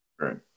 Right